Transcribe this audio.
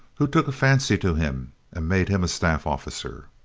who took a fancy to him and made him a staff officer.